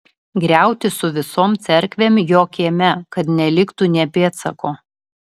griauti su visom cerkvėm jo kieme kad neliktų nė pėdsako